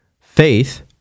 faith